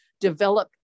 develop